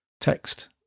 text